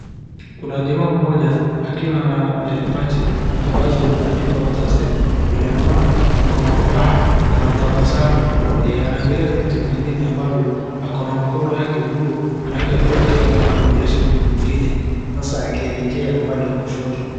Kuna jamaa mmoja akiwa na pati ambazo limeandikwa waterstep, vile naona ako na furaha anatabasamu, anaangalia vitu vingine ambavyo ako na mkono yake juu anaweka juu akiwa kama anaongelesha mtu mwingine hasa akielekea upande wa kushoto